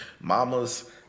mamas